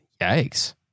yikes